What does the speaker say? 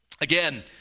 Again